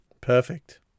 Perfect